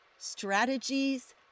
strategies